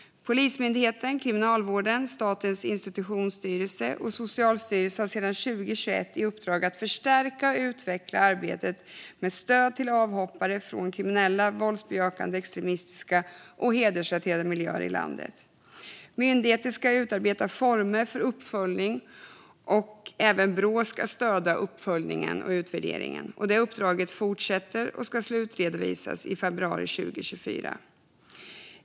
Polismyndigheten, Kriminalvården, Statens institutionsstyrelse och Socialstyrelsen har sedan 2021 i uppdrag att förstärka och utveckla arbetet med stöd till avhoppare från kriminella, våldsbejakande extremistiska och hedersrelaterade miljöer i landet. Myndigheterna ska utarbeta former för uppföljning. Även Brå ska stödja uppföljningen och utvärderingen. Det uppdraget fortsätter och ska slutredovisas i februari 2024.